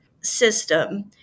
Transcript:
system